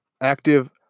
Active